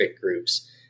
groups